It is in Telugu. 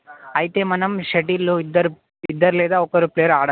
అయితే మనం షటిలు ఇద్దరు ఇద్దరు లేదా ఒకరు ప్లేయర్ ఆడచ్చు